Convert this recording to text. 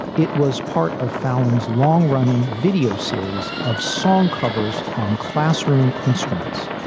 it was part of fallon's long running video series of song covers on classroom instruments.